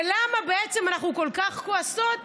ולמה בעצם אנחנו כל כך כועסות,